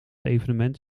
evenement